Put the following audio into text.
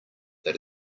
that